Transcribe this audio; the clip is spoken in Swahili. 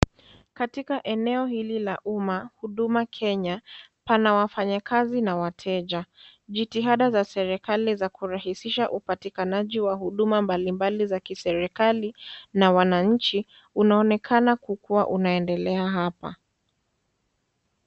Katika eneo hili la umma huduma Kenya, pana wafanyakazi na wateja .Jitihada za serikali za kurahisisha upatikanaji wa huduma mbalimbali za kiserikali na Wananchi unaonekana kukuwa unaendelea hapa.